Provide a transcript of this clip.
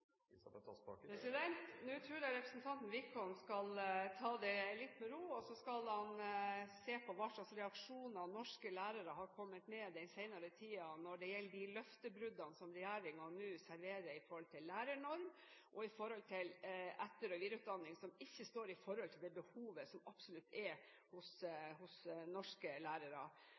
av delene. Nå tror jeg representanten Wickholm skal ta det litt med ro, og så skal han se på hva slags reaksjoner norske lærere har kommet med den senere tiden når det gjelder de løftebruddene som regjeringen nå serverer med hensyn til lærernorm og etter- og videreutdanning, som ikke står i forhold til det behovet som absolutt er hos norske